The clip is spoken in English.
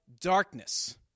darkness